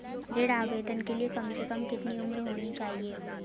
ऋण आवेदन के लिए कम से कम कितनी उम्र होनी चाहिए?